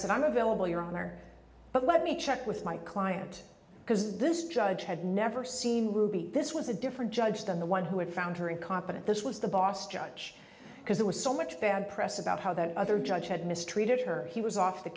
said i'm available your honor but let me check with my client because this judge had never seen this was a different judge than the one who had found her incompetent this was the boss judge because it was so much bad press about how the other judge had mistreated her he was off the